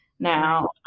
now